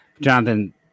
Jonathan